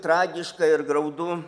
tragiška ir graudu